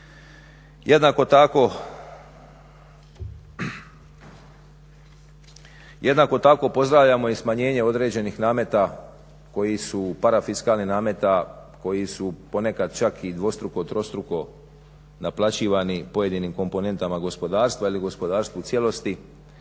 Jednako tako pozdravljamo i smanjenje određenih nameta parafiskalnih nameta koji su ponekad čak i dvostruko, trostruko naplaćivani pojedinim komponentama gospodarstva ili gospodarstvu u cijelosti.